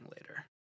later